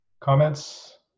comments